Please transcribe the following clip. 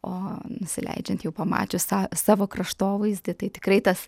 o nusileidžiant jau pamačius tą savo kraštovaizdį tai tikrai tas